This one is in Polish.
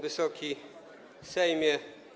Wysoki Sejmie!